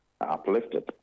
uplifted